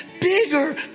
bigger